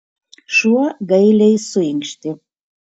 šuo gailiai suinkštė